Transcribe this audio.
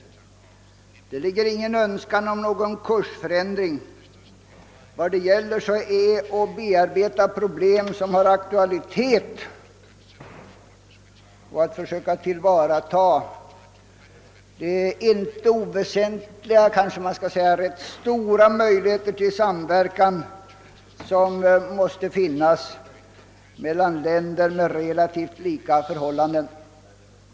I detta ligger ingen önskan om någon kursförändring. Vad det gäller är att bearbeta problem som har aktualitet och att försöka tillvarata de inte oväsentliga, kanske till och med rätt stora möjligheter till samverkan som måste finnas mellan länder med relativt lika förhållanden.